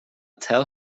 tell